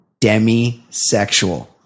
demisexual